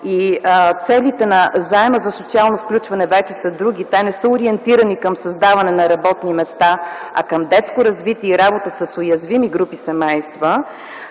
и целите на заема за социално включване вече са други – те не са ориентирани към създаване на работни места, а към детско развитие и работа с уязвими групи семейства.